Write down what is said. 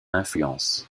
influence